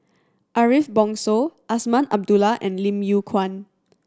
Ariff Bongso Azman Abdullah and Lim Yew Kuan